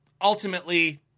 ultimately